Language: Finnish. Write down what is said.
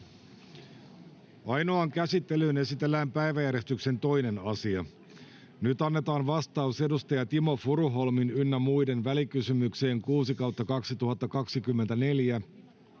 Ainoaan käsittelyyn esitellään päiväjärjestyksen 2. asia. Nyt annetaan vastaus edustaja Timo Furuholmin ynnä muiden välikysymykseen VK 6/2024